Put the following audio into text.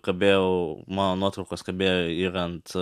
kabėjau mano nuotraukos kabėjo ir ant